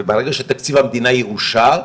וברגע שתקציב המדינה יאושר,